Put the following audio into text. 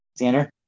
Xander